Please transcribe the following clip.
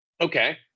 Okay